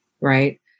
Right